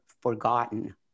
forgotten